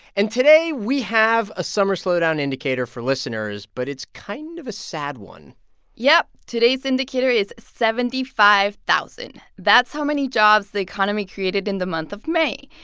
and today, we have a summer slowdown indicator for listeners, but it's kind of a sad one yep. today's indicator is seventy five thousand. that's how many jobs the economy created in the month of may.